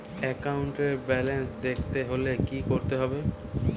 একাউন্টের ব্যালান্স দেখতে হলে কি করতে হবে?